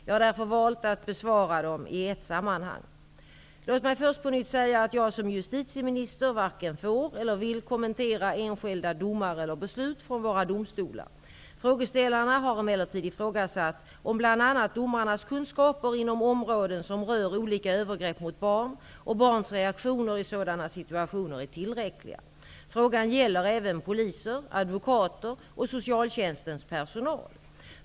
Jag har därför valt att besvara dem i ett sammanhang. Låt mig först säga att jag som justitieminister varken får eller vill kommentera enskilda domar eller beslut från våra domstolar. Frågeställarna har emellertid ifrågasatt om bl.a. domarnas kunskaper inom områden som rör olika övergrepp mot barn och barns reaktioner i sådana situationer är tillräckliga. Frågan gäller även poliser, advokater och socialtjänstens personal.